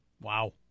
Wow